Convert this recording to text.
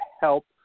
help